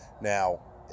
Now